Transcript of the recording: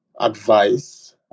advice